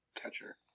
catcher